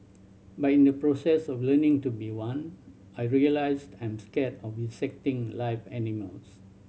but in the process of learning to be one I realised I'm scared of dissecting live animals